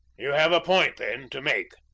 you have a point, then, to make?